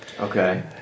Okay